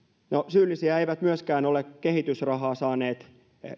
syyllisiä eivät myöskään ole kehitysrahaa saaneet